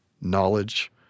knowledge